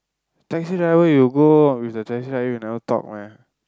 taxi driver you go with the taxi driver you never talk meh